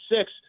six